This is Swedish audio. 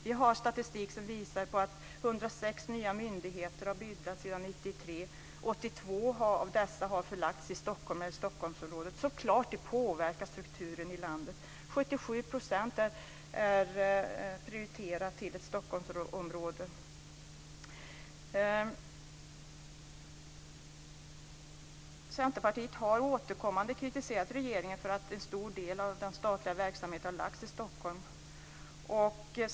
Vi har statistik som visar att 106 nya myndigheter har bildats sedan 1993. Av dessa har 82 förlagts till Stockholm eller Stockholmsområdet. Så klart det påverkar strukturen i landet att 77 % är prioriterat till Centerpartiet har återkommande kritiserat regeringen för att en stor del av den statliga verksamheten har lagts i Stockholm.